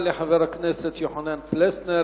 תודה לחבר הכנסת יוחנן פלסנר.